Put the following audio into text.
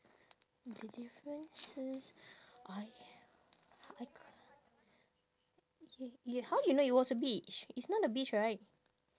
the differences I I ca~ ye~ ye~ how you know it was a beach it's not a beach right